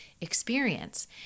experience